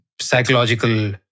psychological